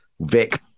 Vic